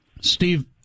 Steve